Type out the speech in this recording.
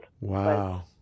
Wow